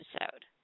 episode